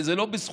וזה לא בזכותי,